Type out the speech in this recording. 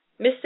Mr